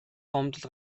гомдол